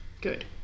Good